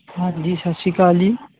ਹਾਂਜੀ ਸਤਿ ਸ਼੍ਰੀ ਅਕਾਲ ਜੀ